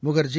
Mukherjee